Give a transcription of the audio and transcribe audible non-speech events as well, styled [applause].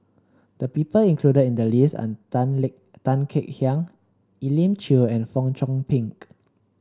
the people included in the list are Tan [unintelligible] Tan Kek Hiang Elim Chew and Fong Chong Pik